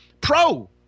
pro